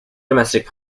domestic